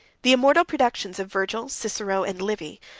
the immortal productions of virgil, cicero, and livy,